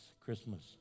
Christmas